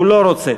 הוא לא רוצה.